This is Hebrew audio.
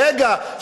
רגע,